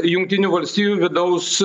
jungtinių valstijų vidaus